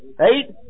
Eight